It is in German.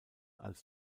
als